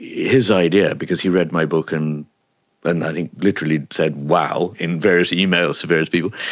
his idea, because he read my book and and i think literally said wow in various emails to various people,